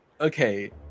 okay